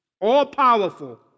All-powerful